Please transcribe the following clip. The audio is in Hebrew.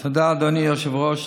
תודה, אדוני היושב-ראש.